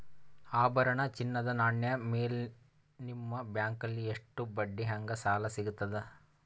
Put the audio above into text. ಆಭರಣ, ಚಿನ್ನದ ನಾಣ್ಯ ಮೇಲ್ ನಿಮ್ಮ ಬ್ಯಾಂಕಲ್ಲಿ ಎಷ್ಟ ಬಡ್ಡಿ ಹಂಗ ಸಾಲ ಸಿಗತದ?